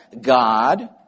God